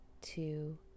two